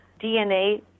DNA